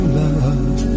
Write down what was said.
love